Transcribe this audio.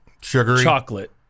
chocolate